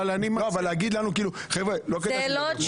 זה כאילו להגיד לנו חבר'ה, לא כדאי שאני אדבר.